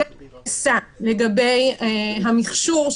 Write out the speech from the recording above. טרם נעשה לגבי המכשור,